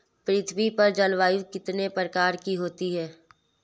पृथ्वी पर जलवायु कितने प्रकार की होती है?